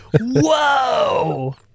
Whoa